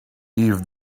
even